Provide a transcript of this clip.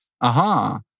aha